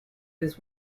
was